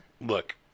Look